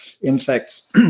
insects